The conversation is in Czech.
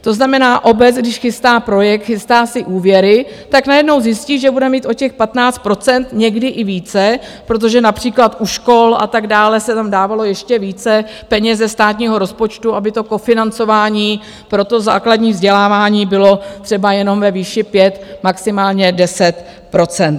To znamená obec, když chystá projekt, chystá si úvěry, tak najednou zjistí, že bude mít o těch 15 %, někdy i více, protože např. u škol atd. se tam dávalo ještě více peněz ze státního rozpočtu, aby to kofinancování pro to základní vzdělávání bylo třeba jenom ve výši 5, max. 10 %.